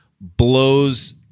blows